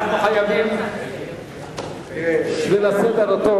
למען הסדר הטוב,